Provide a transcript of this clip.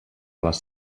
les